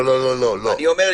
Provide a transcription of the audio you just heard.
אני אומר,